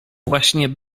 właśnie